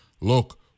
look